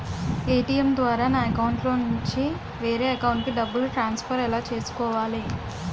ATM ద్వారా నా అకౌంట్లోనుంచి వేరే అకౌంట్ కి డబ్బులు ట్రాన్సఫర్ ఎలా చేసుకోవాలి?